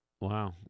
Wow